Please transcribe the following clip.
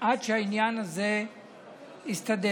עד שהעניין הזה יסתדר.